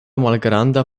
malgranda